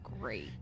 Great